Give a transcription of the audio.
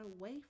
away